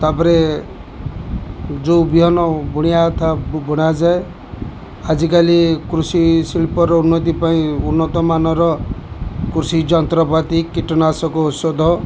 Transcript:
ତା'ପରେ ଯେଉଁ ବିହନ ବୁଣିବା କଥା ବୁଣା ଯାଏ ଆଜିକାଲି କୃଷି ଶିଳ୍ପର ଉନ୍ନତି ପାଇଁ ଉନ୍ନତମାନର କୃଷି ଯନ୍ତ୍ରପାତି କୀଟନାଶକ ଔଷଧ